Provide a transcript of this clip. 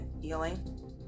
healing